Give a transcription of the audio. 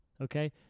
Okay